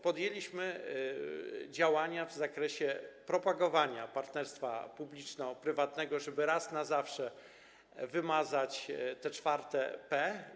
Podjęliśmy również działania w zakresie propagowania partnerstwa publiczno-prywatnego, żeby raz na zawsze wymazać to czwarte „p”